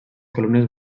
columnes